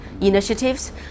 initiatives